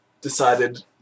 decided